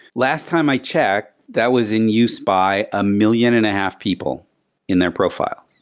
last time i checked, that was in use by a million and a half people in their profile.